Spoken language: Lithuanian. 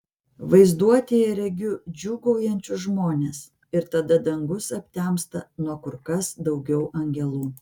vaizduotėje regiu džiūgaujančius žmones ir tada dangus aptemsta nuo kur kas daugiau angelų